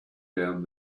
down